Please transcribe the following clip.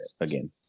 again